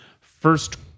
first